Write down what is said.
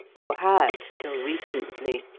or had till recently,